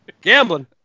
Gambling